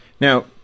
now